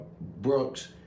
Brooks